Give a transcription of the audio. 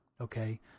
Okay